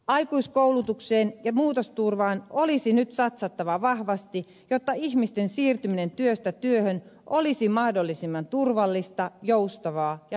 aikuiskoulutukseen ja muutosturvaan olisi nyt satsattava vahvasti jotta ihmisten siirtyminen työstä työhön olisi mahdollisimman turvallista joustavaa ja nopeaa